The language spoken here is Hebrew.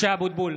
(קורא בשמות חברי הכנסת) משה אבוטבול,